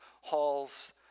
halls